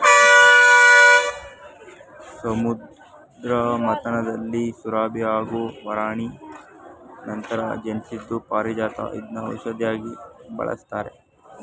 ಸಮುದ್ರ ಮಥನದಲ್ಲಿ ಸುರಭಿ ಹಾಗೂ ವಾರಿಣಿ ನಂತರ ಜನ್ಸಿದ್ದು ಪಾರಿಜಾತ ಇದ್ನ ಔಷ್ಧಿಯಾಗಿ ಬಳಸ್ತಾರೆ